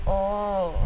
oh